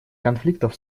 конфликтов